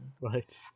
Right